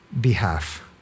behalf